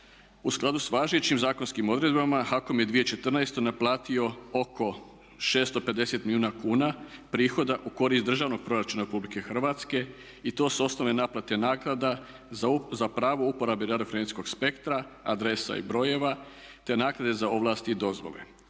U skladu s važećim zakonskim odredbama HAKOM je 2014. naplatio oko 650 milijuna kuna prihoda u korist državnog proračuna Republike Hrvatske i to s osnove naplate naknada za pravo uporabe .../Govornik se ne razumije./… spektra, adresa i brojeva, te naknade za ovlasti i dozvole.